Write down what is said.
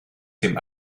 dem